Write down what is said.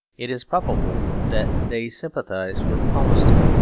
it is probable that they sympathised with palmerston,